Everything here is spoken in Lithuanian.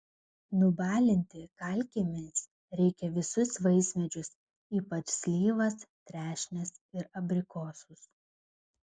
nubalinti kalkėmis reikia visus vaismedžius ypač slyvas trešnes ir abrikosus